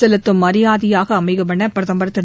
செலுத்தும் மரியாதையாக அமையும் என பிரதமர் திரு